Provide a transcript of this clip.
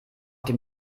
dem